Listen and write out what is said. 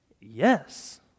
Yes